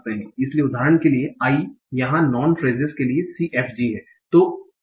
इसलिए उदाहरण के लिए आई यहां नॉन फ्रेसेस के लिए CFG है